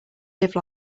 live